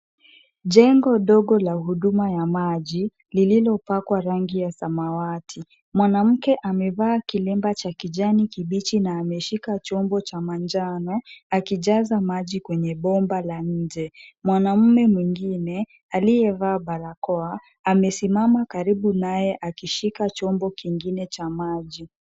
Jengo ndogo la huduma ya maji lililopakwa rangi ya samawati. Mwanamke amevaa kilemba cha kijani kibichi na ameshika chombo cha manjano akijaza maji kwenye bomba la nje. Mwanaume mwingine aliyevaa barakoa amesimama karibu naye akishika chombo kingine cha maji.